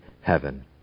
heaven